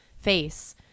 face